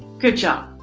good job.